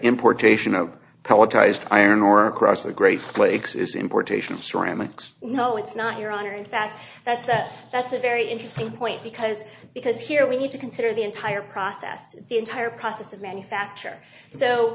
importation of pelletised iron ore across the great lakes is importation ceramics no it's not your honor and that that's a that's a very interesting point because because here we need to consider the entire process to the entire process of manufacture so